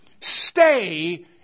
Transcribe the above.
Stay